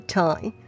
time